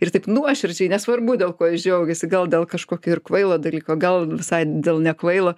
ir taip nuoširdžiai nesvarbu dėl ko jis džiaugiasi gal dėl kažkokio ir kvailo dalyko gal visai dėl nekvailo